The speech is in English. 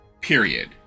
Period